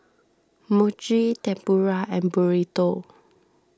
Mochi Tempura and Burrito